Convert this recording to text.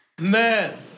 Man